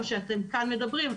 כמו שאתם כאן מדברים,